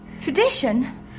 Tradition